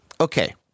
okay